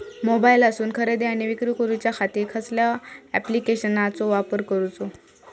मोबाईलातसून खरेदी आणि विक्री करूच्या खाती कसल्या ॲप्लिकेशनाचो वापर करूचो?